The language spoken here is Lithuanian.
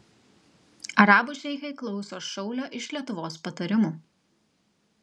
arabų šeichai klauso šaulio iš lietuvos patarimų